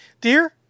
dear